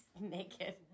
naked